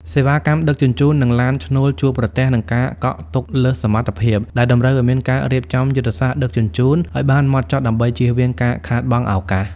សេវាកម្មដឹកជញ្ជូន និងឡានឈ្នួលជួបប្រទះនឹងការកក់ទុកលើសសមត្ថភាព ដែលតម្រូវឱ្យមានការរៀបចំយុទ្ធសាស្ត្រដឹកជញ្ជូនឱ្យបានហ្មត់ចត់ដើម្បីចៀសវាងការខាតបង់ឱកាស។